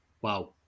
wow